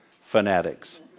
fanatics